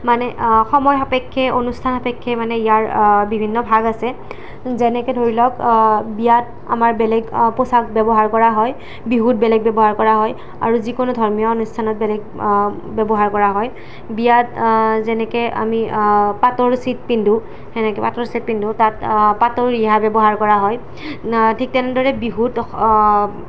মানে সময় সাপেক্ষে অনুষ্ঠান সাপেক্ষে মানে ইয়াৰ বিভিন্ন ভাগ আছে যেনেকৈ ধৰি লওক বিয়াত আমাৰ বেলেগ পোছাক ব্যৱহাৰ কৰা হয় বিহুত বেলেগ ব্যৱহাৰ কৰা হয় আৰু যিকোনো ধৰ্মীয় অনুষ্ঠানত বেলেগ ব্যৱহাৰ কৰা হয় বিয়াত যেনেকৈ আমি পাটৰ চেট পিন্ধোঁ সেনেকৈ পাটৰ চেট পিন্ধোঁ তাত পাটৰ ৰিহা ব্যৱহাৰ কৰা হয় ঠিক তেনেদৰে বিহুত